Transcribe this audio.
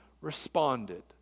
responded